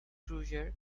cruiser